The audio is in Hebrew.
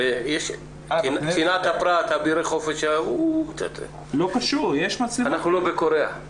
וביישום תקנות 6 ו-9 בדבר תקנות אלה ואופן יישומן כאמור בפסקה (2),